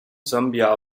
sambia